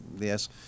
Yes